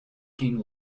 king